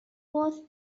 was